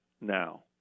now